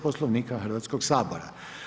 Poslovnika Hrvatskog sabora.